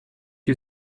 you